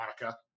Monica